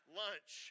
lunch